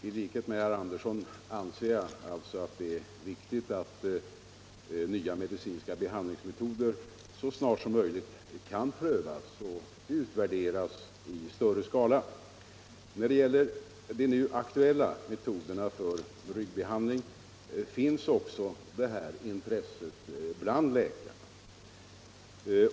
I likhet med herr Andersson i Örebro anser jag att det är viktigt att nya medicinska behandlingsmetoder så snart som möjligt kan prövas och utvärderas i större skala. När det gäller de nu aktuella metoderna för ryggbehandling finns också det här intresset bland läkarna.